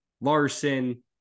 Larson